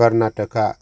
Karnataka